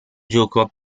gioco